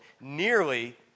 nearly